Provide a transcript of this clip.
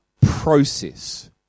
process